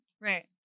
Right